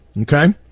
Okay